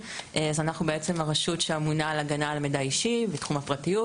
אנחנו הרשות שאמונה על הגנה על מידע אישי ותחום הפרטיות.